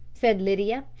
said lydia,